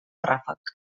ràfec